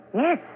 Yes